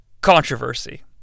controversy